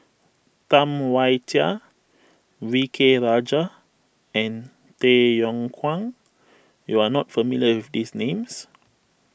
Tam Wai Jia V K Rajah and Tay Yong Kwang you are not familiar with these names